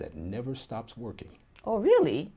that never stops working oh really